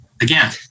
Again